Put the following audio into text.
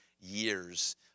years